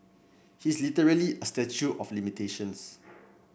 he is literally a statue of limitations